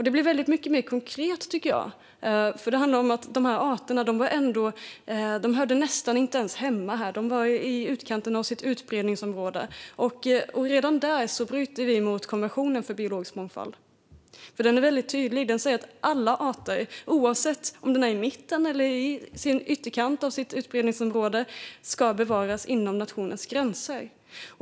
Det blir väldigt mycket mer konkret, tycker jag, för det handlar om att dessa arter nästan inte hörde hemma här. De var i utkanten av sitt utbredningsområde. Redan där bryter vi mot konventionen om biologisk mångfald. Den är väldigt tydlig. Den säger att alla arter, oavsett om de är i mitten eller i ytterkanten av sitt utbredningsområde, ska bevaras inom nationens gränser.